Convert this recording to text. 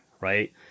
right